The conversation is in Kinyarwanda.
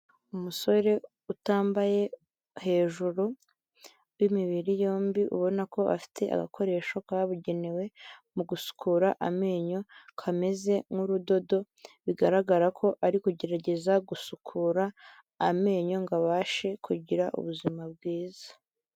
Umusore utambaye hejuru w'imibiri yombi ubona ko afite agakoresho kabugenewe mu gusukura amenyo kameze nk'urudodo bigaragara ko ari kugerageza gusukura amenyo ngo abashe kugira ubuzima bwiza.